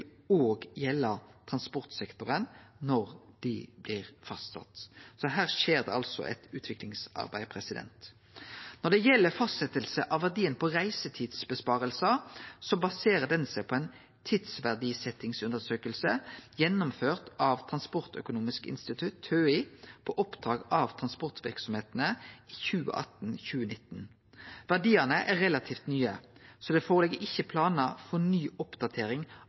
transportsektoren når dei blir fastsette. Så her skjer det altså eit utviklingsarbeid. Når det gjeld fastsetjing av verdien på reisetidsinnsparingar, baserer ein seg på ei tidsverdsetjingsundersøking gjennomført av Transportøkonomisk institutt, TØI, på oppdrag frå transportverksemdene i 2018–2019. Verdiane er relativt nye, så det ligg ikkje føre planar for ny oppdatering